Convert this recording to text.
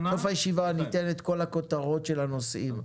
אני אתן את כל הכותרות של הנושאים,